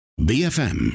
BFM